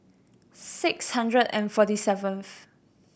six hundred and forty seventh